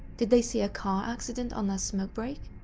did they see a car accident on their smoke break?